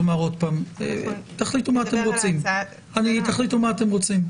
תחליטו מה אתם רוצים.